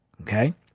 Okay